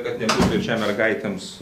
kad nebūtų čia mergaitėms